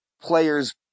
players